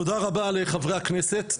תודה רבה לחברי הכנסת,